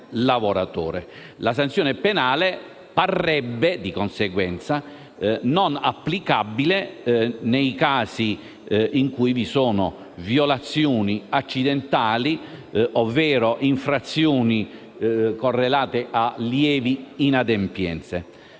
La sanzione penale parrebbe, di conseguenza, non applicabile nei casi in cui vi sono violazioni accidentali, ovvero infrazioni correlate a lievi inadempienze.